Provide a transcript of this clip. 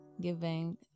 giving